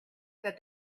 said